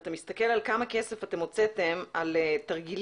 ואתה מסתכל על כמה כסף אתם הוצאתם על תרגילים,